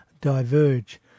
diverge